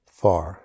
far